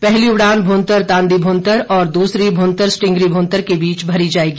पहली उड़ान भुंतर तांदी भुंतर और दूसरी भुंतर स्टिंगरी भुंतर के बीच भरी जाएगी